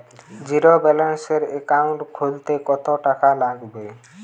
জিরোব্যেলেন্সের একাউন্ট খুলতে কত টাকা লাগবে?